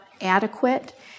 adequate